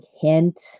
hint